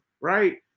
right